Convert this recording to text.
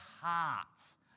hearts